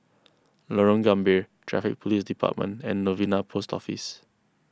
Lorong Gambir Traffic Police Department and Novena Post Office